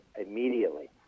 immediately